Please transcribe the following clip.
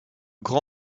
grand